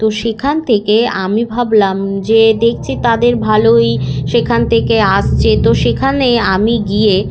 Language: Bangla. তো সেখান থেকে আমি ভাবলাম যে দেখছি তাদের ভালোই সেখান থেকে আসছে তো সেখানে আমি গিয়ে